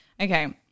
Okay